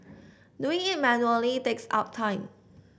doing it manually takes up time